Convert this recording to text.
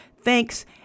Thanks